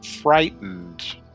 frightened